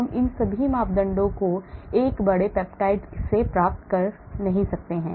हम इन सभी मापदंडों को एक बड़े पेप्टाइड से प्राप्त नहीं कर सकते हैं